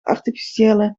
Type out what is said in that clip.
artificiële